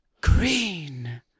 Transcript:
green